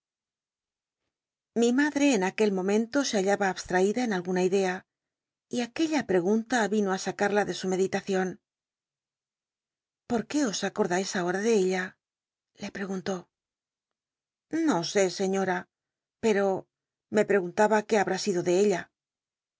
iii madre en aquel momento se hallaba abstraicla en alguna idea y aquella pregunta vino á sacarla de su meditacion por qué os acordais ó hoi t de ella le lli'c guntó no sé sciioa pero me l'cgunlaba iué halwü sido tic ella